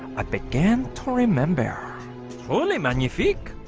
i began to remember holy, man you think